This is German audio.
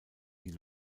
die